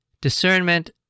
discernment